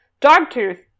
Dogtooth